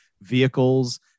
vehicles